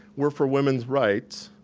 we're for women's rights,